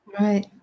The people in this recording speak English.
Right